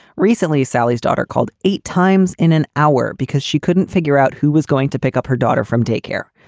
recently, sally's daughter called eight times in an hour because she couldn't figure out who was going to pick up her daughter from daycare.